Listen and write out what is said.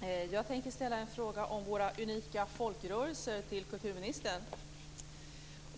Herr talman! Jag vill ställa en fråga till kulturministern om våra unika folkrörelser.